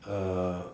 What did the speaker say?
uh